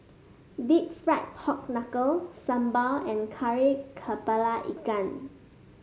deep fried Pork Knuckle sambal and Kari kepala Ikan